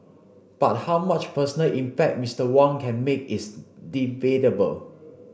but how much personal impact Mister Wang can make is debatable